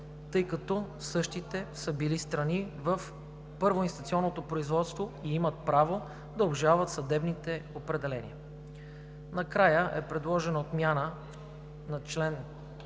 тъй като същите са били страни в първоинстанционното производство и имат право да обжалват съдебните определения. Накрая е предложена отмяна чл.